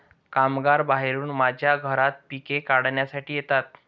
कामगार बाहेरून माझ्या घरात पिके काढण्यासाठी येतात